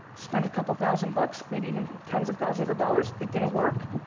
spent a couple thousand bucks, maybe even tens of thousands of dollars, it didn't work,